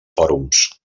fòrums